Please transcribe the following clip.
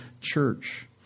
church